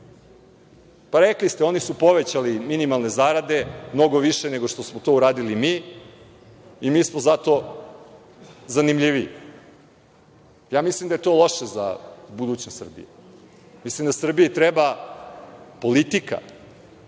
Rekli ste – oni su povećali minimalne zarade mnogo više nego što smo to uradili mi i mi smo za to zanimljiviji. Mislim da je to loše za budućnost Srbije. Mislim da Srbiji treba politika,